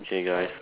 K guys